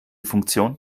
funktion